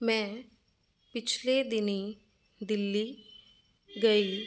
ਮੈਂ ਪਿਛਲੇ ਦਿਨੀਂ ਦਿੱਲੀ ਗਈ